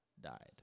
died